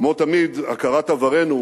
כמו תמיד הכרת עברנו